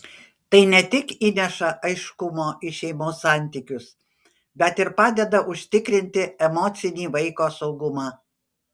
tai ne tik įneša aiškumo į šeimos santykius bet ir padeda užtikrinti emocinį vaiko saugumą